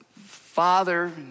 father